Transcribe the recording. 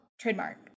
trademark